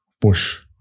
push